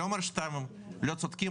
אני לא אומר שאתם לא צודקים,